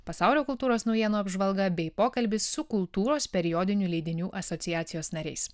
pasaulio kultūros naujienų apžvalga bei pokalbis su kultūros periodinių leidinių asociacijos nariais